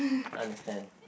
understand